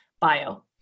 bio